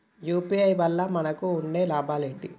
UPI వల్ల మనకు ఉండే లాభాలు ఏంటి?